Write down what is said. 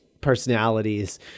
personalities